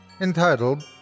entitled